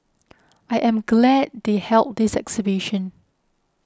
I am glad they held this exhibition